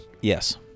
Yes